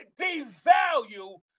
devalue